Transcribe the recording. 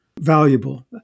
valuable